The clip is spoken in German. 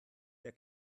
der